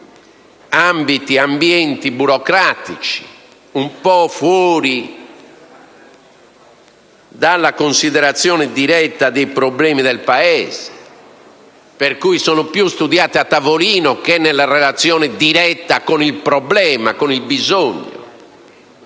frutto più di ambienti burocratici, un po' fuori dalla considerazione diretta dei problemi del Paese per cui sono più studiate a tavolino che nella relazione diretta con il problema, con il bisogno;